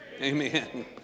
amen